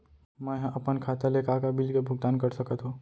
मैं ह अपन खाता ले का का बिल के भुगतान कर सकत हो